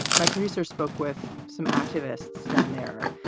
and my producer spoke with some activists down there.